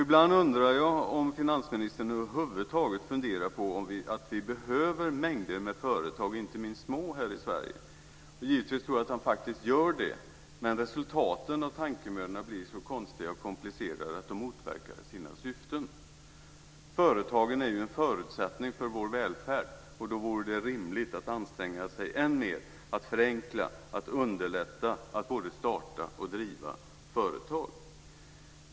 Ibland undrar jag om finansministern över huvud taget funderar på att vi i Sverige behöver mängder av företag och inte minst små. Jag tror att han faktiskt gör det. Men resultatet av tänkemödorna blir så konstiga och komplicerade att de motverkar sina syften. Företagen är en förutsättning för vår välfärd. Då vore det rimligt att anstränga sig än mer att förenkla och underlätta att både starta och driva företag.